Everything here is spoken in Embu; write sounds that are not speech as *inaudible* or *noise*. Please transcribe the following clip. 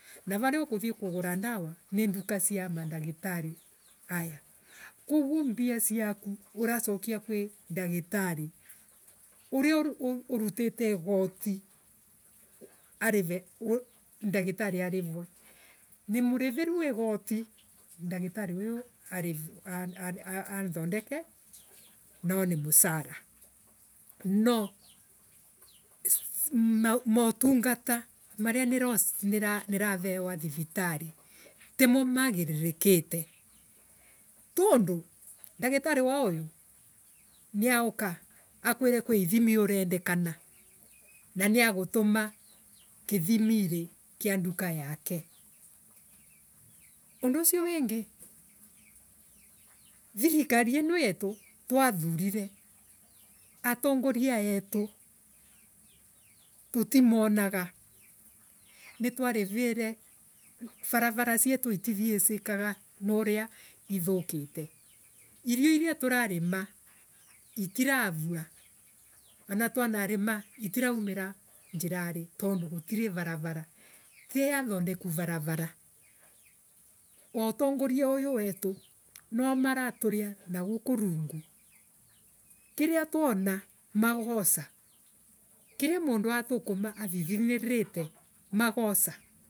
Na varia ukuthie kugura dawa ni nduka cia madagika. Ayaa. Koguo mbia ciaku uracokia kwi ndagitari uria urutite igoti ndagitari avirwe. Nimuviviru igoti dagitari uyu avirwe a- a- anthodeke no ni mucara. Noo Ma *hesitation* Mautungata maria nivarrewa thivitari timo magiririkite tondu. ndagitari wa uyu niauka akuire kwi ithimi urendekana na niagutuma. Kithimiri kia nduka yake. Undu ucio wingi thirikari ino yetu twathurire. atongoria eetu tutimonaga. Nitwaririre. Vavavara cietu itethi esekaga niuria ithukite. Irio iria turarima. Itiravua. Tia athondeku vavavar wa utongoria. Uyu wetu nwao maraturia na guku nungu. kiria twona magoca kiria mundu athukumo athithiniririte magoca.